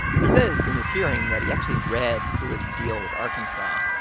and he says, in this hearing, that he actually read pruitt's deal with arkansas,